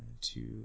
two